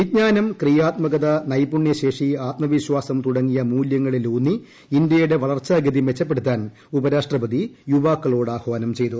വിജ്ഞാനം ക്രിയാത്മത നൈപുണ്യശേഷി അത്മവിശ്വാസം തുടങ്ങിയ മൂല്യങ്ങളിലൂന്നി ഇന്ത്യയുടെ വളർച്ചാഗതി മെച്ചപ്പെടുത്താൻ ഉപരാഷ്ട്രപതി യുവാക്കളോട് ആഹ്വാനം ചെയ്തു